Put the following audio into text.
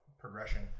progression